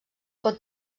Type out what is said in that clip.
pot